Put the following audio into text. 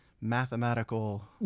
mathematical